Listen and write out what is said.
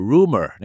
Rumor